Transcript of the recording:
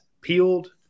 peeled